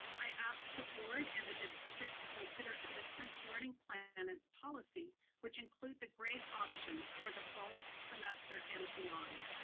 i asked the board and the district to consider a distance learning plan and and policy which includes a great option for the fall semester and beyond.